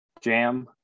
Jam